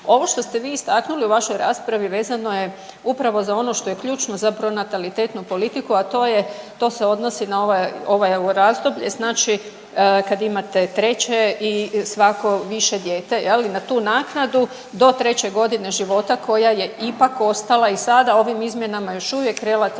Ovo što ste vi istaknuli u vašoj raspravi vezano je upravo za ono što je ključno za pronatalitetnu politiku, a to je, to se odnosi na ovaj, ovo razdoblje znači kad imate treće i svako više dijete je li na tu naknadu do treće godine života koja je ipak ostala i sada ovim izmjenama još uvijek relativno